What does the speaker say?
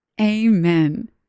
Amen